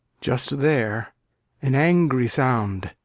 just there an angry sound,